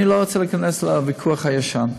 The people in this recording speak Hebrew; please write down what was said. אני לא רוצה להיכנס לוויכוח הישן,